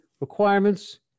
requirements